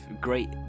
great